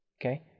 okay